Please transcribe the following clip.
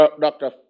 Dr